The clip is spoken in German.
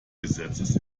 gesetzes